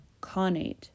conate